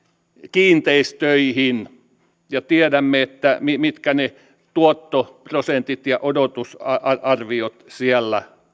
kiinteistöihin ja tiedämme mitkä ne tuottoprosentit ja odotusarviot siellä